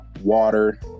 water